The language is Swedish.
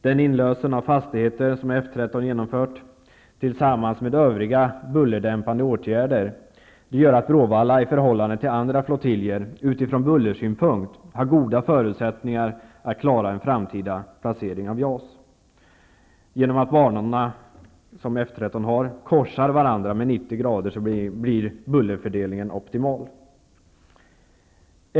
Den inlösen av fastigheter som F 13 genomfört, tillsammans med övriga bullerdämpande åtgärder, gör att Bråvalla i förhållande till andra flottiljer från bullersynpunkt har goda förutsättningar att klara en framtida placering av JAS. Genom att banorna på F 13 korsar varandra med 90° blir bullerfördelningen optimal.